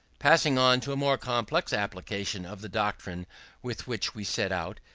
passing on to a more complex application of the doctrine with which we set out,